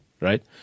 right